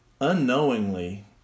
Unknowingly